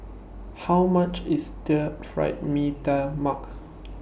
How much IS Stir Fried Mee Tai Mak